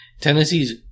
Tennessee's